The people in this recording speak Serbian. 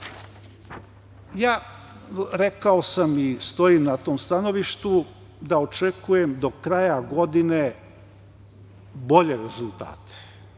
Srbiji. Rekao sami stojim na tom stanovištu da očekujem do kraja godine bolje rezultate.